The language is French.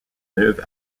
neuve